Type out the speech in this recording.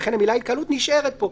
לכן המילה התקהלות נשארת פה.